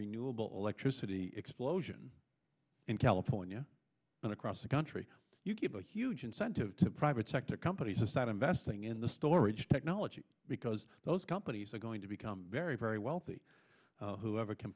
renewable electricity explosion in california and across the country you give a huge incentive to private sector companies aside investing in the storage technology because those companies are going to become very very wealthy whoever can